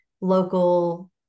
local